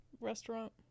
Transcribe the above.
restaurant